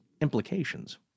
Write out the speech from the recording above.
implications